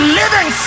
living